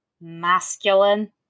masculine